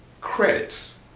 credits